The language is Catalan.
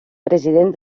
president